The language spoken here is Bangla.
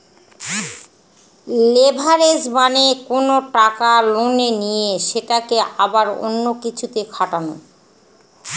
লেভারেজ মানে কোনো টাকা লোনে নিয়ে সেটাকে আবার অন্য কিছুতে খাটানো